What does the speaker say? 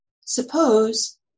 Suppose